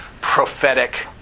prophetic